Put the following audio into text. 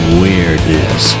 weirdness